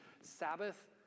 Sabbath